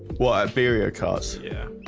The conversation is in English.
what iberia cause yeah